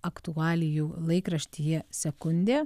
aktualijų laikraštyje sekundė